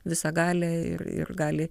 visagalė ir ir gali